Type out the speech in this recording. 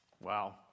Wow